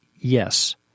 Yes